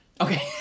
Okay